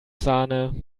sahne